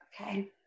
Okay